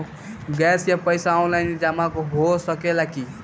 Gas के पइसा online जमा हो सकेला की?